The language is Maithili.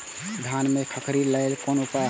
धान में खखरी लेल कोन उपाय हय?